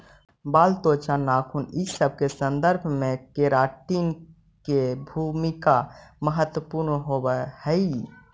बाल, त्वचा, नाखून इ सब के संवर्धन में केराटिन के भूमिका महत्त्वपूर्ण होवऽ हई